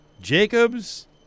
Jacobs